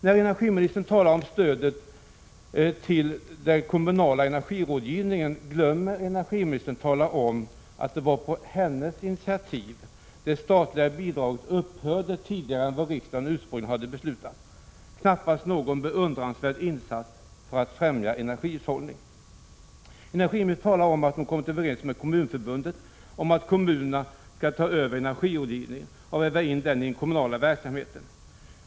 När energiministern talar om stödet till den kommunala energirådgivningen, glömmer hon att tala om att det var på hennes initiativ det statliga bidraget upphörde tidigare än vad riksdagen ursprungligen hade beslutat. Det är knappast någon beundransvärd insats för att främja energihushållning. Energiministern talar om att hon kommit överens med Kommunförbundet om att kommunerna skall ta över energirådgivningen och väva in den i den kommunala verksamheten.